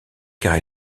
car